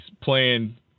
playing